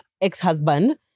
ex-husband